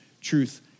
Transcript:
truth